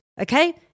Okay